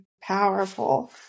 powerful